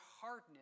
hardness